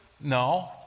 No